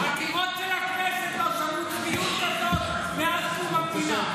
הקירות של הכנסת לא שמעו צביעות כזאת מאז קום המדינה.